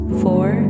four